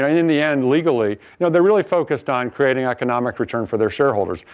i mean in the end legally you know they're really focused on creating economic return for their shareholders.